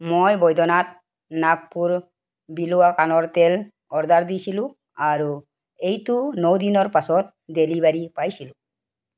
মই বৈদ্যনাথ নাগপুৰ বিলৱা কাণৰ তেল অৰ্ডাৰ দিছিলোঁ আৰু এইটোৰ ন দিনৰ পাছত ডেলিভাৰী পাইছিলোঁ